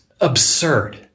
absurd